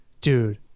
Dude